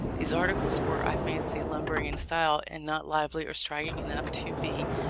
these articles, were, i fancy, lumbering in style, and not lively or striking enough to be,